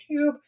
YouTube